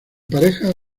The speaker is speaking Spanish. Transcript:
parejas